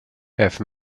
have